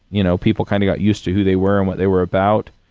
you know people kind of got used to who they were and what they were about,